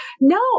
no